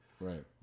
Right